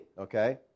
okay